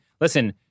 listen